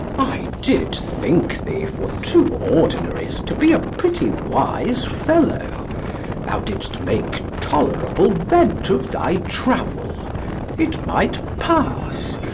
i did think thee, for two ordinaries, to be a pretty wise fellow thou didst make tolerable vent of thy travel it might pass.